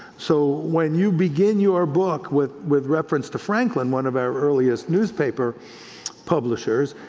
so when you begin your book with with reference to franklin, one of our earliest newspaper publishers,